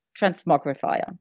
transmogrifier